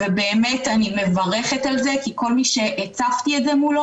ובאמת אני מברכת על זה כי כל מי שהצפתי את זה מולו